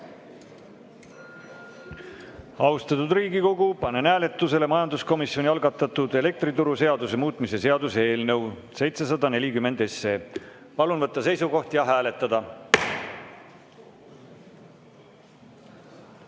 Riigikogu, panen hääletusele majanduskomisjoni algatatud elektrituruseaduse muutmise seaduse eelnõu 740. Palun võtta seisukoht ja hääletada!